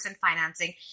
financing